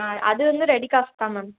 ஆ அதுவந்து ரெடி காசு தான் மேம்